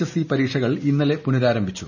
S പരീക്ഷകൾ ഇന്നലെ പുനരാരംഭിച്ചു